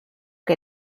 que